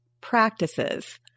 practices